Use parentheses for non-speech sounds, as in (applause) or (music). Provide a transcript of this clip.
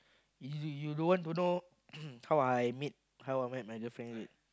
you you you don't want to know (coughs) how I meet how I met my girlfriend is it